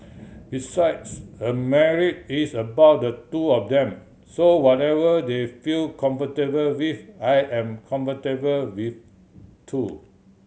besides a marriage is about the two of them so whatever they feel comfortable with I am comfortable with too